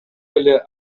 эле